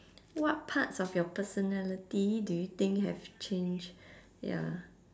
what parts of your personality do you think have changed ya